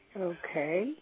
Okay